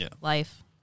life